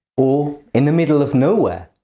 or in the middle of nowhere?